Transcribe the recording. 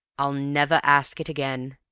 i'll never ask it again.